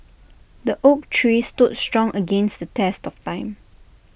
the oak tree stood strong against the test of time